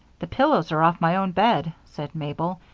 the pillows are off my own bed, said mabel.